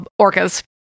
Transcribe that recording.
orcas